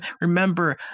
Remember